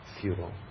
futile